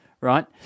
right